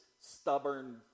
stubborn